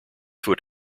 foot